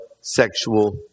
sexual